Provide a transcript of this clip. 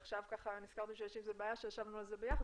קצת מפתיע אותי שעכשיו נזכרתם שיש עם זה בעיה אחרי שישבנו על זה ביחד.